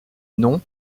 non